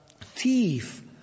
thief